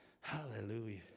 Hallelujah